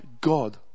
God